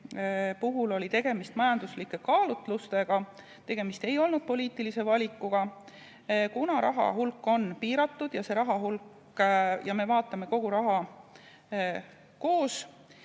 puhul oli tegemist majanduslike kaalutlustega, tegemist ei olnud poliitilise valikuga. Kuna raha hulk on piiratud ja me vaatame kogu raha koos